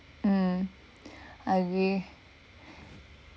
mm I agree